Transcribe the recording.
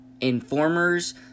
informers